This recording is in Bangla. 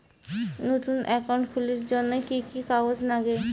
নতুন একাউন্ট খুলির জন্যে কি কি কাগজ নাগে?